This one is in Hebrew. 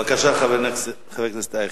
בבקשה, חבר הכנסת אייכלר,